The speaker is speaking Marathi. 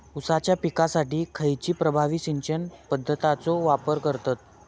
ऊसाच्या पिकासाठी खैयची प्रभावी सिंचन पद्धताचो वापर करतत?